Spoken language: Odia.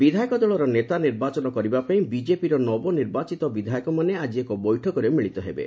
ବିଧାୟକ ଦଳର ନେତା ନିର୍ବାଚନ କରିବା ପାଇଁ ବିଜେପିର ନବନିର୍ବାଚିତ ବିଧାୟକମାନେ ଆଜି ଏକ ବୈଠକରେ ମିଳିତ ହେବେ